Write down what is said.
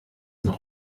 noch